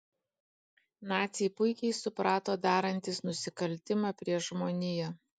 naciai puikiai suprato darantys nusikaltimą prieš žmoniją